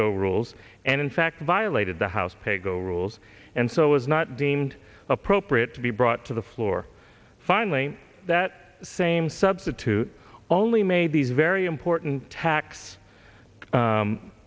go rules and in fact violated the house paygo rules and so it was not deemed appropriate to be brought to the floor finally that same substitute only made these very important tax